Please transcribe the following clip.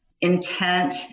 intent